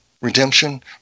redemption